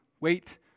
Wait